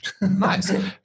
nice